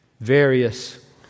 Various